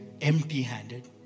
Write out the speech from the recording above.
empty-handed